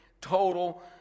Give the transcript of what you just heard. total